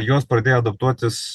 juos pradėjo adaptuotis